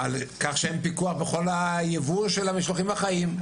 על כך שאין פיקוח בכל היבוא של המשלוחים החיים.